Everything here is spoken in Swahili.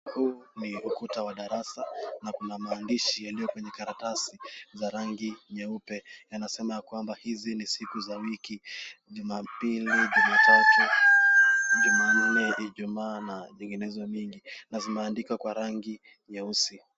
Huu ni ukuta wa darasa na kuna maandishi yaliyo kwenye karatasi ya rangi nyeupe inasema ya kwamba hizi ni siku za wiki, Jumapili, Jumatatu, Jumanne, Ijumaa na zinginezo nyingi na zimeandikwa kwa rangi nyeusi.